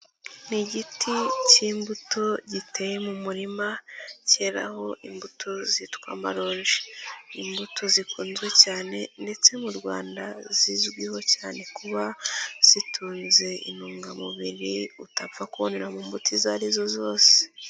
Ni igiti cy'imbuto giteye mu murima cyeraraho imbuto zitwa amaronje, ni imbuto zikunzwe cyane ndetse mu Rwanda zizwiho cyane kuba zitunze intungamubiri utapfa kubonera mu mbuto izo ari zo zose.